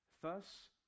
Thus